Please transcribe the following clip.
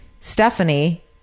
Stephanie